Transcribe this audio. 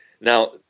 Now